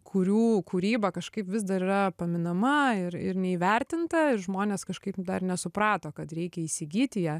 kurių kūryba kažkaip vis dar yra paminama ir ir neįvertinta ir žmonės kažkaip dar nesuprato kad reikia įsigyti ją